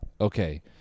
Okay